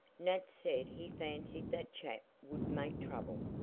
nat said he fancied that chap would make trouble.